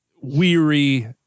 weary